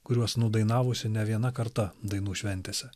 kuriuos nu dainavusi ne viena karta dainų šventėse